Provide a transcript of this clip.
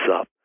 up